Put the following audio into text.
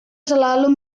selalu